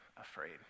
afraid